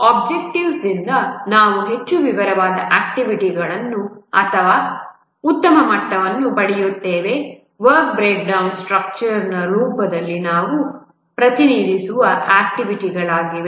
ಒಬ್ಜೆಕ್ಟಿವ್ಸ್ದಿಂದ ನಾವು ಹೆಚ್ಚು ವಿವರವಾದ ಆಕ್ಟಿವಿಟಿಗಳನ್ನು ಅಥವಾ ಉತ್ತಮ ಮಟ್ಟವನ್ನು ಪಡೆಯುತ್ತೇವೆ ವರ್ಕ್ ಬ್ರೇಕ್ಡೌನ್ ಸ್ಟ್ರಕ್ಚರ್ಯ ರೂಪದಲ್ಲಿ ನಾವು ಪ್ರತಿನಿಧಿಸುವ ಆಕ್ಟಿವಿಟಿಗಳಾಗಿದೆ